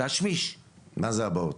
מה זה הבאות?